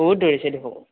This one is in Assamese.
বহুত ধৰিছে দেখোন